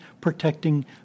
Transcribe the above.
protecting